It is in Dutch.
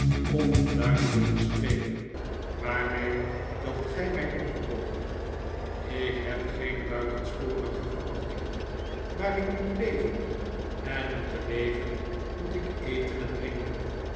of om duidelijk te spreken waarmee wilt gij mij omkoopen ik heb geen buitensporige verwachtingen maar ik moet leven en om te leven moet ik eten en drinken